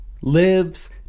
lives